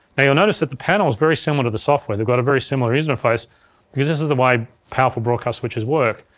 now you'll notice that the panel is very similar to the software, they've got a very similar user interface because this is the way powerful broadcast switchers work.